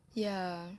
ya